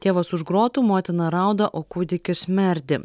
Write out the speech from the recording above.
tėvas už grotų motina rauda o kūdikis merdi